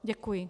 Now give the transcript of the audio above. Děkuji.